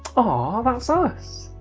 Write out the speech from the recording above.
ah that's us!